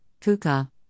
KUKA